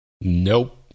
nope